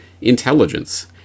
intelligence